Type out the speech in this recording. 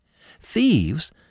Thieves